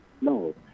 no